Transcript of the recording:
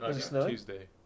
Tuesday